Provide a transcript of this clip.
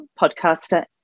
podcaster